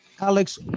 Alex